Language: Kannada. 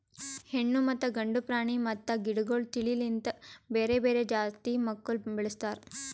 ಹೆಣ್ಣು ಮತ್ತ ಗಂಡು ಪ್ರಾಣಿ ಮತ್ತ ಗಿಡಗೊಳ್ ತಿಳಿ ಲಿಂತ್ ಬೇರೆ ಬೇರೆ ಜಾತಿ ಮಕ್ಕುಲ್ ಬೆಳುಸ್ತಾರ್